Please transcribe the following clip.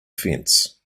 fence